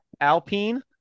alpine